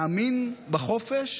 להאמין בחופש